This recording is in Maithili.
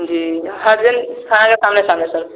जी जेल के सामने सामने